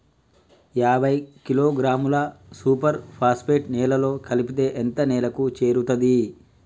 యాభై కిలోగ్రాముల super phosphate నేలలో కలిపితే ఎంత నేలకు చేరుతది?